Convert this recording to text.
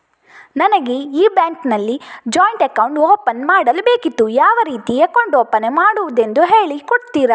ನನಗೆ ಈ ಬ್ಯಾಂಕ್ ಅಲ್ಲಿ ಜಾಯಿಂಟ್ ಅಕೌಂಟ್ ಓಪನ್ ಮಾಡಲು ಬೇಕಿತ್ತು, ಯಾವ ರೀತಿ ಅಕೌಂಟ್ ಓಪನ್ ಮಾಡುದೆಂದು ಹೇಳಿ ಕೊಡುತ್ತೀರಾ?